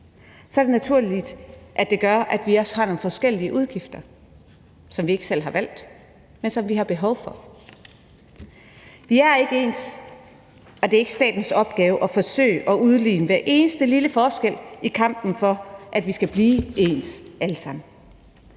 Så det er naturligt, at vi også har nogle forskellige udgifter, som vi ikke selv har valgt, men som vi har behov for. Vi er ikke ens, og det er ikke statens opgave at forsøge at udligne hver eneste lille forskel i kampen for, at vi skal blive ens alle sammen.